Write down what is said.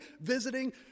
visiting